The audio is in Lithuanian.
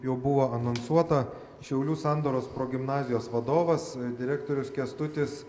jau buvo anonsuota šiaulių sandoros progimnazijos vadovas direktorius kęstutis